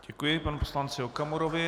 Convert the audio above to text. Děkuji panu poslanci Okamurovi.